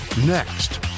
next